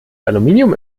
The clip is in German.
aluminium